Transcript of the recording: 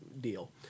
deal